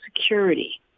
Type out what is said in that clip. security